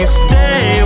stay